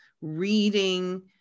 reading